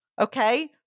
Okay